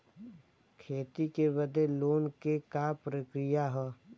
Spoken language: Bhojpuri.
खेती बदे लोन के का प्रक्रिया ह?